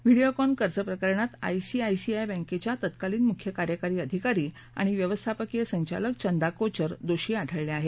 व्हीडिओकॉन कर्ज प्रकरणात आयसीआयसीआय बँकेच्या तत्कालीन मुख्य कार्यकारी अधिकारी आणि व्यवस्थापकीय संचालक चंदा कोचर दोषी आढळल्या आहेत